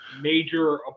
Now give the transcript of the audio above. major